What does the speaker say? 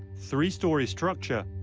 three-storey structure,